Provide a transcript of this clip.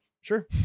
sure